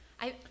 I-